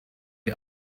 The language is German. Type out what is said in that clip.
die